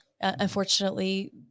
unfortunately